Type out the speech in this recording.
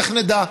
איך נדע?